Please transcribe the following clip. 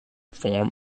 form